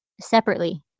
separately